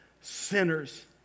sinners